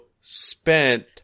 spent